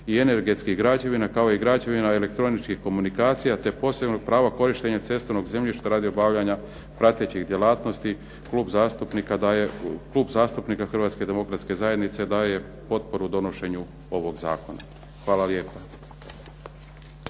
i energetskih građevina kao i građevina elektroničkih komunikacija, te posebnog prava korištenja cestovnog zemljišta radi obavljanja pratećih djelatnosti Klub zastupnika Hrvatske demokratske zajednice daje potporu donošenju ovog zakona. Hvala lijepa.